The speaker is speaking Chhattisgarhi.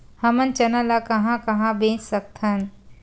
हमन चना ल कहां कहा बेच सकथन?